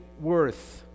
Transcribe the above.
worth